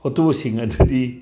ꯐꯣꯇꯣꯁꯤꯡ ꯑꯗꯨꯗꯤ